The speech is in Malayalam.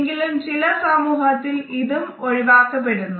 എങ്കിലും ചില സമൂഹത്തിൽ ഇതും ഒഴിവാക്കപ്പെടുന്നു